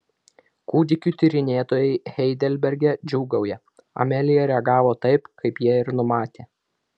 kūdikių tyrinėtojai heidelberge džiūgauja amelija reagavo taip kaip jie ir numatė